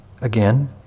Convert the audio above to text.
again